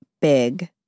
big